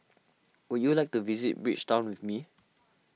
would you like to visit Bridgetown with me